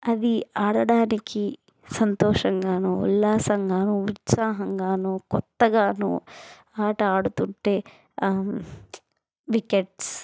అవి ఆడడానికి సంతోషంగాను ఉల్లాసంగానూ ఉత్సాహంగాను కొత్తగాను ఆట ఆడుతుంటే వికెట్స్